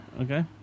Okay